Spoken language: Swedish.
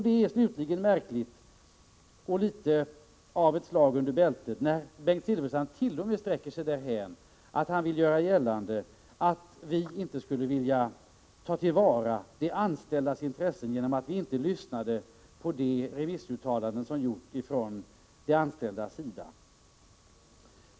Det är slutligen märkligt och litet av ett slag under bältet när Bengt Silfverstrand t.o.m. sträcker sig därhän att han gör gällande att vi inte skulle vilja ta till vara de anställdas intressen genom att inte lyssna på de remissuttalanden som de anställda gjort.